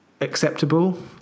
acceptable